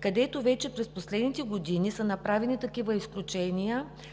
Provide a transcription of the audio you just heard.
където през последните години са направени такива изключения